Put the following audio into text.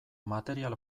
material